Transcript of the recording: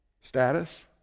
Status